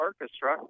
Orchestra